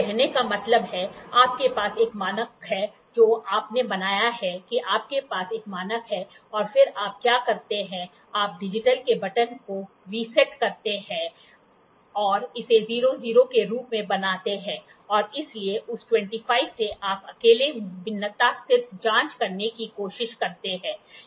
कहने का मतलब है आपके पास एक मानक है जो आपने बनाया है कि आपके पास एक मानक है और फिर आप क्या करते हैं आप डिजिटल के बटन को रीसेट करते हैं और इसे 00 के रूप में बनाते हैं और इसलिए उस 25 से आप अकेले भिन्नता सिर्फ जांच करने की कोशिश करते हैं